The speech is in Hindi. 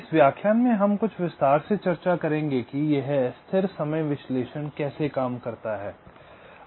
इस व्याख्यान में हम कुछ विस्तार से चर्चा करेंगे कि यह स्थिर समय विश्लेषण कैसे काम करता है